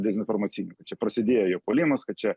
dezinformacinių čia prasidėjo jau puolimas kad čia